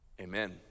amen